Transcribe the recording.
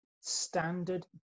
standard